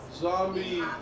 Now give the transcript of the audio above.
zombie